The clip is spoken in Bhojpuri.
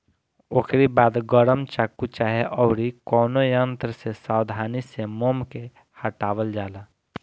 ओकरी बाद गरम चाकू चाहे अउरी कवनो यंत्र से सावधानी से मोम के हटावल जाला